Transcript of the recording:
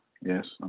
yes